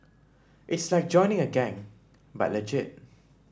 it's like joining a gang but legit